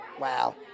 wow